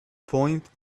point